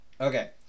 Okay